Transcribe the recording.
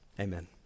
Amen